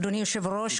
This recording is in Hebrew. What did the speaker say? אדוני היושב-ראש,